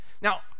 Now